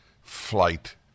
flight